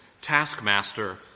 taskmaster